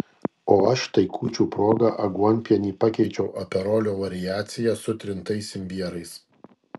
o aš tai kūčių proga aguonpienį pakeičiau aperolio variacija su trintais imbierais